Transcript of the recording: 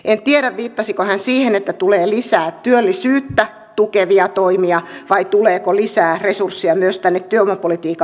en tiedä viittasiko hän siihen että tulee lisää työllisyyttä tukevia toimia vai tuleeko lisää resursseja myös tänne työvoimapolitiikan puolelle